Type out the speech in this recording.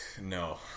No